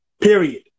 Period